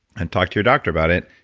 and talk to your doctor about it,